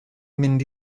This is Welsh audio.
mynd